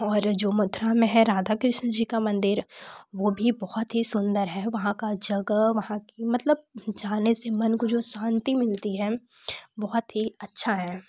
और जो मथुरा में है राधा कृष्ण जी का मंदिर वह भी बहुत ही सुंदर है वहाँ का जगह वहाँ कि मतलब जाने से मन को जो शांति मिलती है बहुत ही अच्छा है